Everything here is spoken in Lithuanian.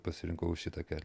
pasirinkau šitą kelią